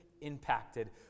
impacted